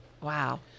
wow